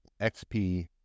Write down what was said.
XP